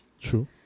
True